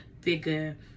bigger